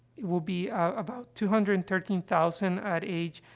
will be, ah, about two hundred and thirteen thousand at age,